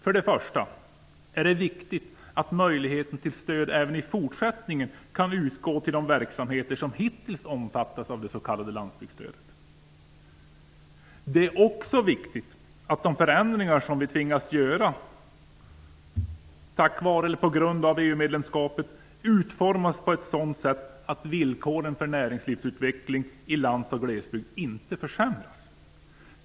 För det första är det viktigt att stöd även i fortsättningen kan utgå till de verksamheter som hittills har omfattats av det s.k. landsbygdsstödet. Det är också viktigt att de förändringar som vi tvingas göra på grund av EU-medlemskapet utformas på ett sådant sätt att villkoren för näringslivsutveckling i lands och glesbygd inte försämras.